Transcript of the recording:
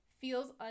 feels